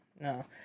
No